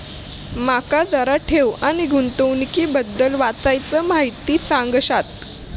माका जरा ठेव आणि गुंतवणूकी बद्दल वायचं माहिती सांगशात?